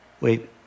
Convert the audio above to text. Wait